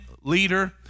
leader